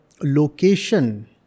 location